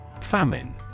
Famine